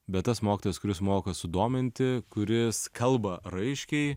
bet tas mokytojas kuris moka sudominti kuris kalba raiškiai